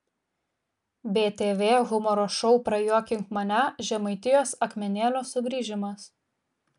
btv humoro šou prajuokink mane žemaitijos akmenėlio sugrįžimas